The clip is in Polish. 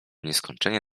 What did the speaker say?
nieskończenie